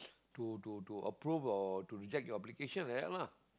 to to to approve or to reject your application like that lah